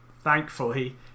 thankfully